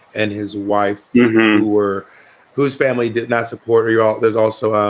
and his wife were whose family did not support or you all. there's also